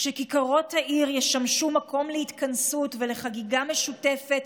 שכיכרות העיר ישמשו מקום להתכנסות ולחגיגה משותפת,